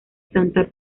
santa